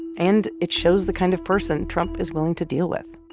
and it shows the kind of person trump is willing to deal with